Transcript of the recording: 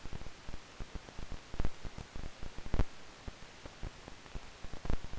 రబీ కాలంలో ఏ పంట ఎక్కువ దిగుబడి ఇస్తుంది?